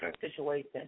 situation